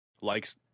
likes